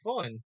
fun